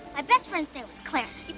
ah best friend's name was clarence.